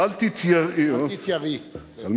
"אל תתייראי" "אל תתייראי", יפה.